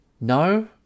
no